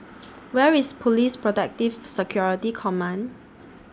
Where IS Police Protective Security Command